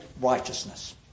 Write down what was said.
righteousness